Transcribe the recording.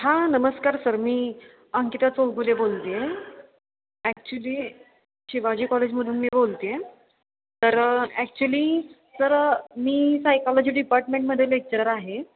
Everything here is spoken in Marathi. हां नमस्कार सर मी अंकिता चौगुले बोलते आहे ॲक्च्युली शिवाजी कॉलेजमधून मी बोलते आहे तर ॲक्च्युली सर मी सायकॉलॉजी डिपार्टमेंटमध्ये लेक्चरर आहे